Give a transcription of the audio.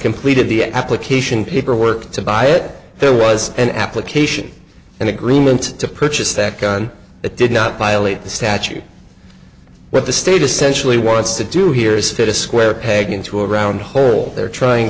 completed the application paperwork to buy it there was an application and agreement to purchase that gun it did not violate the statute but the status sensually wants to do here is fit a square peg into a round hole they're trying